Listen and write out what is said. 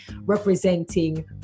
representing